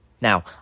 Now